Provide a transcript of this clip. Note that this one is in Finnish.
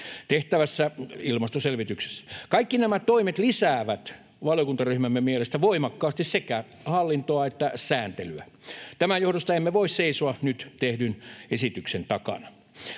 tehtävässä ilmastoselvityksessä. Kaikki nämä toimet lisäävät valiokuntaryhmämme mielestä voimakkaasti sekä hallintoa että sääntelyä. Tämän johdosta emme voi seisoa nyt tehdyn esityksen takana.